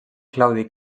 claudi